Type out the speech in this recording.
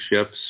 ships